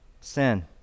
sin